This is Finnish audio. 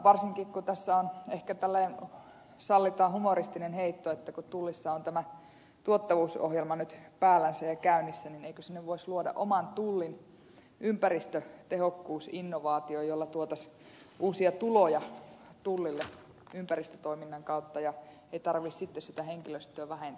varsinkin kun tässä on ehkä tässä sallitaan humoristinen heitto tullissa tämä tuottavuusohjelma nyt päällänsä ja käynnissä niin eikö sinne voisi luoda oman tullin ympäristötehokkuusinnovaation jolla tuotaisiin uusia tuloja tullille ympäristötoiminnan kautta ja ei tarvitsisi sitten sitä henkilöstöä vähentääkään